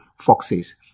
foxes